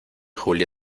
julia